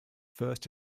first